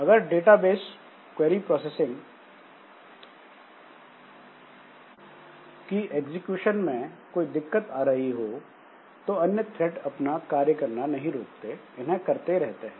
अगर database query processing कि execution में कोई दिक्कत आ रही हो तो अन्य थ्रेड अपना कार्य नहीं रोकते इन्हें करते रहते हैं